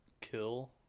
kill